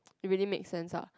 really makes sense ah